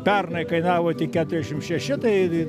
pernai kainavo tik keturiasdešim šeši tai